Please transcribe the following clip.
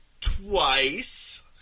Twice